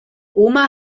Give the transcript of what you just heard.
oma